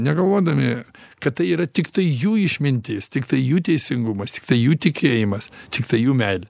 negalvodami kad tai yra tiktai jų išmintis tiktai jų teisingumas tiktai jų tikėjimas tiktai jų meilė